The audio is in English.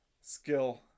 skill